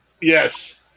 Yes